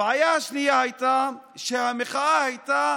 הבעיה השנייה הייתה שהמחאה הייתה